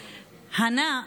הנא,